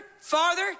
farther